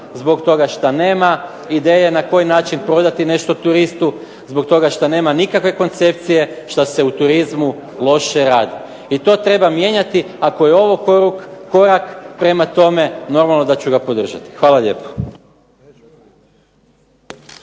zbog toga što nema ideje na koji način prodati nešto turistu, zbog toga što nema nikakve koncepcije što se u turizmu radi. I to treba mijenjati. Ako je ovo korak prema tome, normalno da ću ga podržati. Hvala lijepo.